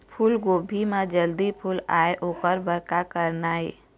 फूलगोभी म जल्दी फूल आय ओकर बर का करना ये?